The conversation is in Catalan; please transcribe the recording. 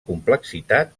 complexitat